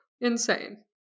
Insane